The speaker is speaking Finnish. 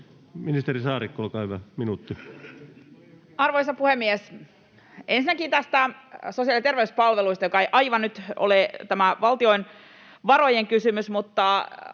Ministeri Saarikko, olkaa hyvä. Minuutti. Arvoisa puhemies! Ensinnäkin näistä sosiaali- ja terveyspalveluista, jotka eivät aivan nyt ole näiden valtion varojen kysymys, [Sari